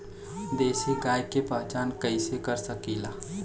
देशी गाय के पहचान कइसे कर सकीला?